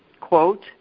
quote